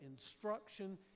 instruction